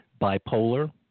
Bipolar